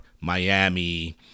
Miami